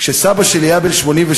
כשסבא שלי היה בן 88-87,